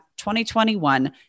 2021